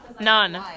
None